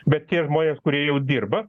bet tie žmonės kurie jau dirba